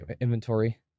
inventory